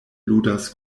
ludas